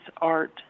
Art